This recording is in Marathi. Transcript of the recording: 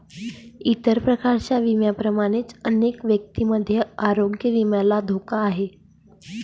इतर प्रकारच्या विम्यांप्रमाणेच अनेक व्यक्तींमध्ये आरोग्य विम्याला धोका आहे